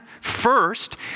First